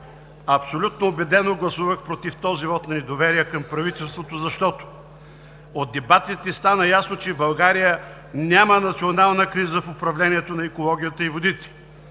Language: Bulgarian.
Абсолютно убедено гласувах против този вот на недоверие към правителството, защото от дебатите стана ясно, че в България няма национална криза в управлението на екологията и водите.